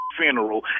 funeral